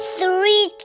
three